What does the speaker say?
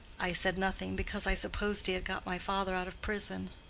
i said nothing, because i supposed he had got my father out of prison.